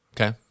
Okay